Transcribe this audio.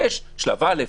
יש שלב 1,